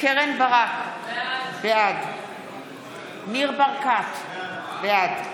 כראש אכ"א לשעבר, הקדמת שחרור כספי פיקדון